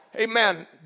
amen